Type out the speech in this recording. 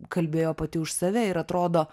kalbėjo pati už save ir atrodo